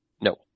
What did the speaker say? No